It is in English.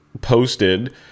posted